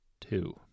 Two